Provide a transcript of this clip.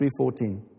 3.14